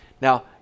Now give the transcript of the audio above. Now